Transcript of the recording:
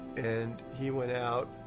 and he went out.